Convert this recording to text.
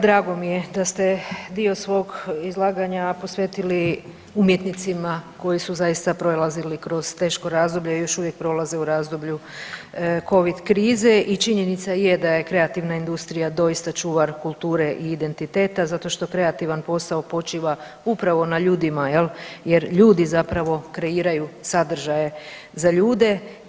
Drago mi je da ste dio svog izlaganja posvetili umjetnicima koji su zaista prolazili kroz teško razdoblje i još uvijek prolaze u razdoblju covid krize i činjenica je da je kreativna industrija doista čuvar kulture i identiteta zato što kreativan posao počiva upravo na ljudima, jel ljudi zapravo kreiraju sadržaje za ljude.